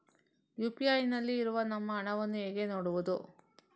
UPI ನಲ್ಲಿ ಇರುವ ನಮ್ಮ ಹಣವನ್ನು ಹೇಗೆ ನೋಡುವುದು?